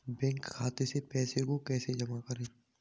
Bank खाते से पैसे को कैसे जमा करें?